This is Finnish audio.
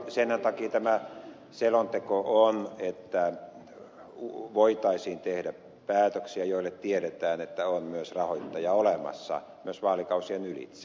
senhän takia tämä selonteko on että voitaisiin tehdä päätöksiä niistä asioista joista tiedetään että niille on myös rahoittaja olemassa myös vaalikausien ylitse